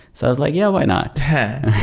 so was like, yeah, why not?